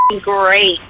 great